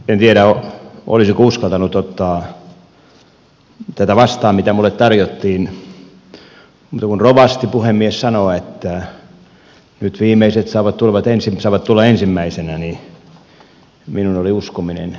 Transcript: en tiedä olisinko uskaltanut ottaa tätä vastaan mitä minulle tarjottiin mutta kun rovasti puhemies sanoo että nyt viimeiset saavat tulla ensimmäisenä niin minun oli uskominen sitä